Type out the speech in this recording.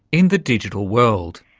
in the digital world.